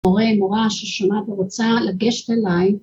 מורה, מורה, ששומעת ורוצה לגשת אליי